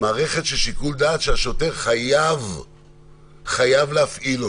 מערכת של שיקול דעת שהשוטר חייב להפעיל אותה.